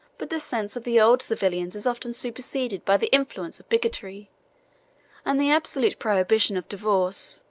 but the sense of the old civilians is often superseded by the influence of bigotry and the absolute prohibition of divorce,